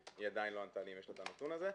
היא עדיין לא ענתה אם יש לה הנתון הזה.